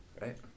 right